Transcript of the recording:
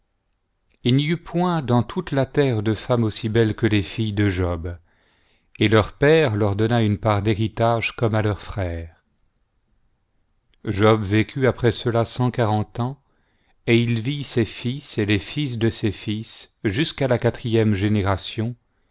il n'y eut point dans toute la terre do femmes aussi belles que les filles de job et leur pèi'e leur donna une part d'héritage comme à leur frère j vécut après cela cent quarante ans et il vit ses fils et les fils de ses fils jusqu'à la quatrième